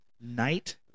Night